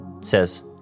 says